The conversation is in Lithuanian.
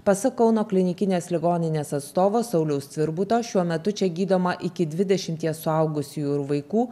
pasak kauno klinikinės ligoninės atstovo sauliaus cvirbuto šiuo metu čia gydoma iki dvidešimties suaugusiųjų ir vaikų